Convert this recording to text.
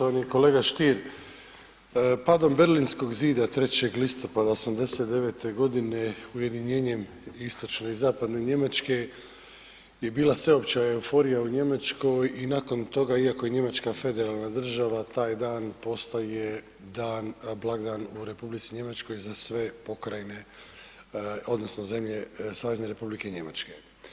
Poštovani kolega Stier, padom Berlinskog zida 3. listopada '89. godine ujedinjenjem istočne i zapadne Njemačke je bila sveopća euforija u Njemačkoj i nakon toga iako je Njemačka federalna država taj dan postao je dan, blagdan u Republici Njemačkoj za sve pokrajine odnosno zemlje Savezne Republike Njemačke.